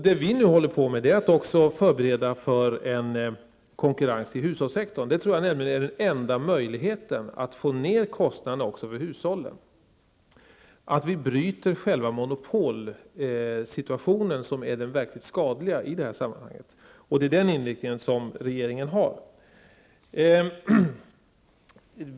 Det vi nu håller på med är att också förbereda för konkurrens i hushållssektorn. Jag tror nämligen att den enda möjligheten att få ned kostnaderna även för hushållen är att vi bryter själva monopolsituationen, som är den verkligt skadliga i det här sammanhagnet. Det är den inriktningen regeringen har.